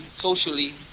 socially